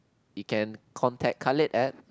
you can contact Khalid at